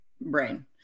brain